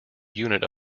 unit